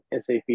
SAP